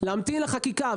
תמתינו לחקיקה,